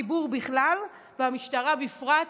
הציבור בכלל והמשטרה בפרט,